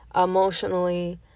emotionally